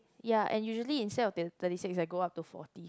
ya and usually instead of t~ thirty six I go up to forty